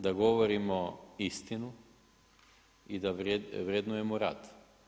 Da govorimo istinu i da vrednujemo rad.